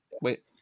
Wait